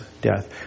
death